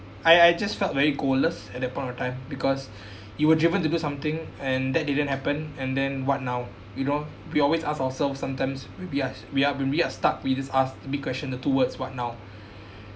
I I just felt very goalless at that point of time because you were driven to do something and that didn't happen and then what now you know we always ask ourselves sometimes we we are we are we are stuck we just asked the big question the two words what now